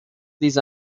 these